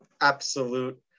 Absolute